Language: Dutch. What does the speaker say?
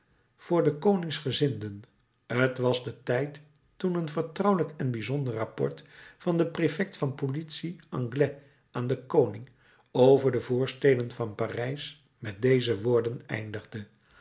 voor de koningsgezinden t was de tijd toen een vertrouwelijk en bijzonder rapport van den prefect van politie angles aan den koning over de voorsteden van parijs met deze woorden eindigde